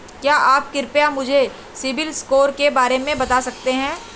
क्या आप कृपया मुझे सिबिल स्कोर के बारे में बता सकते हैं?